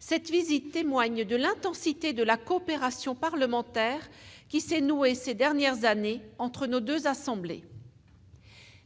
Cette visite témoigne de l'intensité de la coopération parlementaire, qui s'est nouée ces dernières années entre nos deux assemblées.